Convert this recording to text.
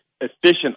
efficient